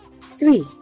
three